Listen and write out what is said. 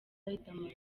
riderman